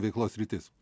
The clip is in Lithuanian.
veiklos sritys